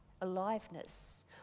aliveness